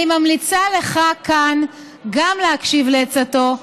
אני ממליצה לך כאן גם להקשיב לעצתו.